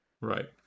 Right